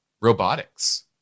robotics